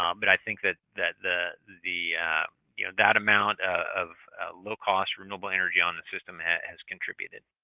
um but i think that that the the you know that amount of low cost renewable energy on the system has has contributed.